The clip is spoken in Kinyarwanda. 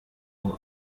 trump